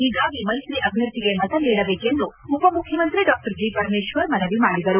ಹೀಗಾಗಿ ಮೈತ್ರಿ ಅಭ್ಯರ್ಥಿಗೆ ಮತ ನೀಡಬೇಕೆಂದು ಉಪಮುಖ್ಯಮಂತ್ರಿ ಡಾ ಜಿ ಪರಮೇಶ್ವರ್ ಮನವಿ ಮಾಡಿದರು